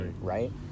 right